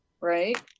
right